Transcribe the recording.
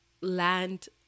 land